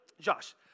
Josh